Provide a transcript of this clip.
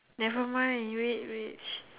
never mind which which